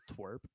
twerp